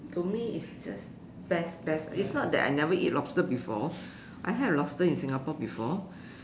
to me it's just best best it's not that I never eat lobster before I had lobster in Singapore before